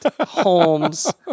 Holmes